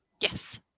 Yes